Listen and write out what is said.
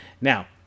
Now